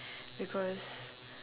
because